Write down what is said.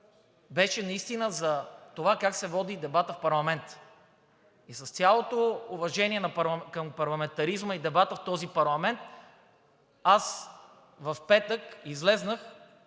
беше наистина за това как се води дебатът в парламента и с цялото уважение към парламентаризма и дебата в този парламент, аз в петък излязох,